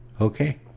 okay